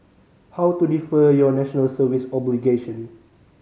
how to defer your National Service obligation